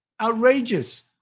Outrageous